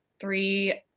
three